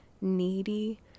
needy